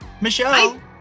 Michelle